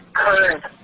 current